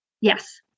Yes